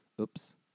Oops